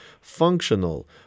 functional